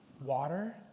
water